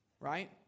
Right